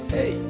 Say